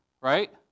right